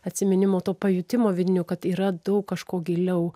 atsiminimo to pajutimo vidinio kad yra daug kažko giliau